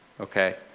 okay